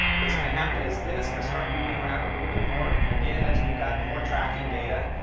what's gonna happen is, then it's gonna start moving around a little bit more, again, as we've gotten more tracking data,